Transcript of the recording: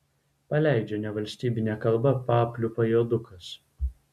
paleidžia nevalstybine kalba papliūpą juodukas